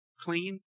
clean